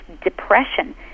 depression